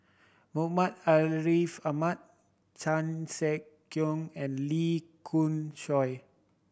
Muhammad Ariff Ahmad Chan Sek Keong and Lee Khoon Choy